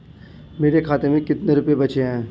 मेरे खाते में कितने रुपये बचे हैं?